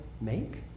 make